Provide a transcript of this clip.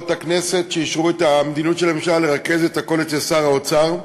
הכנסת שאישרו את המדיניות של הממשלה לרכז את הכול אצל שר האוצר.